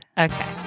Okay